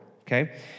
okay